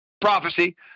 prophecy